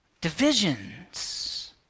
Divisions